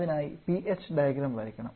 അതിനായി Ph diagram വരയ്ക്കണം